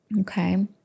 Okay